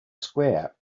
square